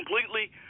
completely